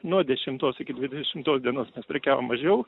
nuo dešimtos iki dvidešimtos dienos mes prekiavom mažiau